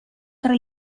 tre